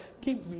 keep